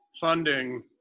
funding